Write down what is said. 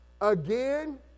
Again